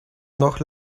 noch